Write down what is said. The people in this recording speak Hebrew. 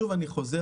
שוב אני חוזר,